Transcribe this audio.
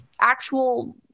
actual